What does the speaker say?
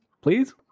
please